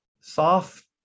soft